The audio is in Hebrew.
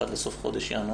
עד סוף ינואר,